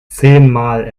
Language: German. zehnmal